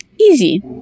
easy